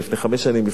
לפני 20 שנה,